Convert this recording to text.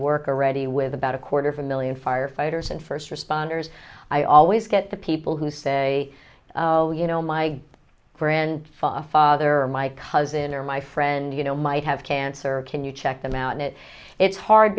work are ready with about a quarter of a million firefighters and first responders i always get the people who say oh you know my grandfather or my cousin or my friend you know might have cancer can you check them out and it it's hard